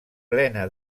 plena